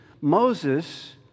Moses